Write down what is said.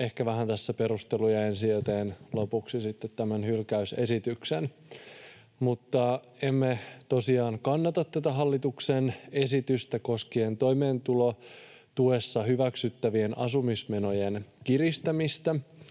Ehkä vähän tässä perusteluja ensin, ja teen lopuksi sitten tämän hylkäysesityksen. Emme tosiaan kannata tätä hallituksen esitystä koskien toimeentulotuessa hyväksyttävien asumismenojen kiristämistä.